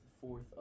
fourth